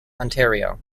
ontario